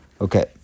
Okay